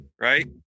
Right